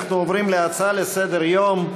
אנחנו עוברים להצעה לסדר-היום בנושא: